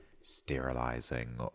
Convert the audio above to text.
sterilizing